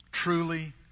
Truly